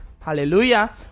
Hallelujah